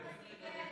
הוא קיבל,